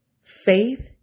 Faith